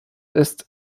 ist